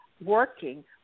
working